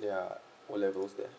yeah O level there